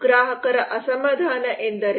ಗ್ರಾಹಕರ ಅಸಮಾಧಾನ ಎಂದರೇನು